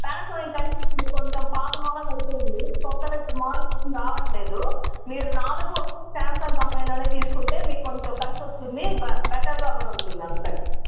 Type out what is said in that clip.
Panasonic అంటే ఇప్పుడు మీకు కొంచెం పాత మోడల్ అయిపోయింది కొత్తగా ఇప్పుడు మోడల్స్ ఏమి రావట్లేదు మీరు నాలుగు ఒకే శాంసంగ్ కంపెనీలోనే తీసుకుంటే మీకు కొంచెం కలిసి వస్తుంది బెటర్గా కూడా ఉంటుంది అందుకని